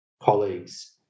colleagues